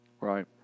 Right